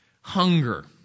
hunger